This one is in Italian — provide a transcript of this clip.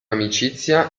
amicizia